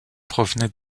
provenait